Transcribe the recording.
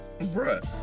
Bruh